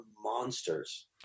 monsters